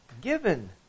given